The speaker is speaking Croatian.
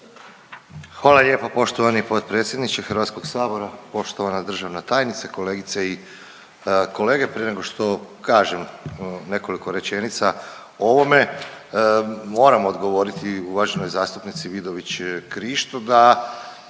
Hvala lijepo poštovani potpredsjedniče HS. Poštovana državna tajnice, kolegice i kolege. Prije nego što kažem nekoliko rečenica o ovome, moram odgovoriti uvaženoj zastupnici Vidović Krišto da,